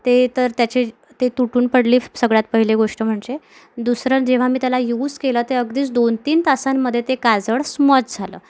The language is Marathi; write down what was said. ते तर त्याचे ते तुटून पडली सगळ्यात पहिली गोष्ट म्हणजे दुसरं जेव्हा मी त्याला युज केलं तर अगदीच दोनतीन तासांमध्ये ते काजळ स्मज झालं